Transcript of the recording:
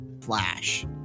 Flash